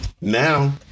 now